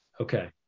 Okay